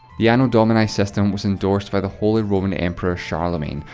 the anno domini system was endorsed by the holy roman emperor charlemagne,